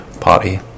party